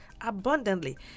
abundantly